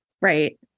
Right